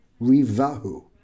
rivahu